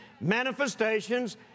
manifestations